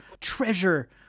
Treasure